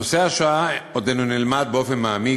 נושא השואה עודנו נלמד באופן מעמיק,